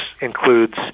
includes